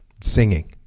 singing